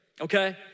okay